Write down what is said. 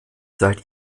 seid